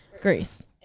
greece